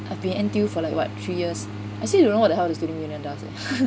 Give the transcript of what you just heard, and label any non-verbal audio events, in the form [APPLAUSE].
I've been in N_T_U for like what three years I still don't know what the student union does eh [LAUGHS]